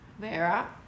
Vera